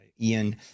Ian